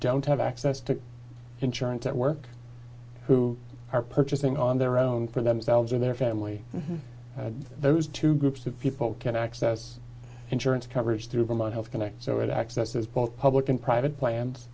don't have access to insurance at work who are purchasing on their own for themselves or their family those two groups of people can access insurance coverage through vermont health connect so it accesses both public and private plans